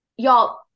Y'all